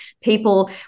people